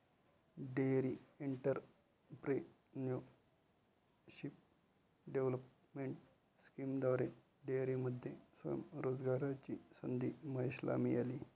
dairy entrepreneurship development स्कीमद्वारे डेअरीमध्ये स्वयं रोजगाराची संधी महेशला मिळाली